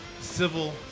civil